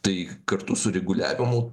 tai kartu su reguliavimu